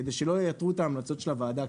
כדי שלא ייתרו את ההמלצות של הוועדה.